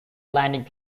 landing